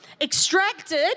extracted